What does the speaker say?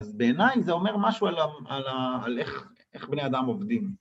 בעיניי זה אומר משהו על איך בני אדם עובדים.